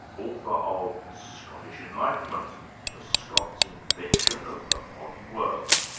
author of scottish enlightenment the scots' invention of the modern world.